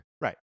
Right